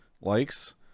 likes